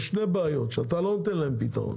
יש שתי בעיות שאתה לא נותן להם פתרון,